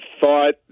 thought